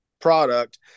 product